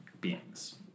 beings